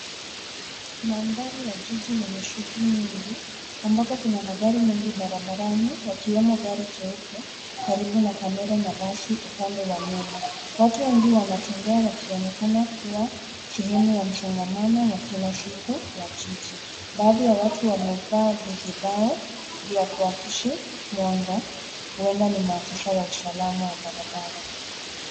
Mandhari ya jiji lenye shughuli nyingi, ambapo kuna magari mengi barabarani, yakiwemo gari jeupe karibu na kamera, na basi upande wa nyuma. Watu wengi wanatembea wakionekana kua sehemu ya msongamano wa kila siku wa jiji. Baadhi ya watu wamevaa vizibao vya kuakishi mwanga, huenda ni maafisa wa usalama wa barabara.